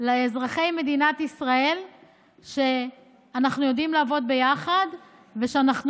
לאזרחי מדינת ישראל שאנחנו יודעים לעבוד ביחד ושאנחנו